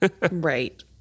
right